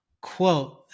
quote